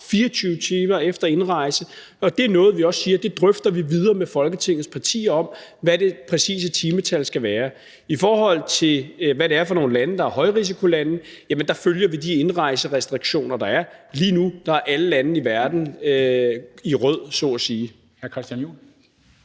24 timer efter indrejse, og det er et punkt, hvor vi også siger, at vi drøfter videre med Folketingets partier, hvad det præcise timetal skal være. I forhold til hvad det er for nogle lande, der er højrisikolande, følger vi de indrejserestriktioner, der er. Lige nu er alle lande i verden i rød, så at sige.